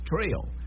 Trail